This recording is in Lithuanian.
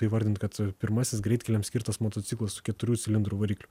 įvardint kad pirmasis greitkeliam skirtas motociklas su keturių cilindrų varikliu